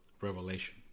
Revelation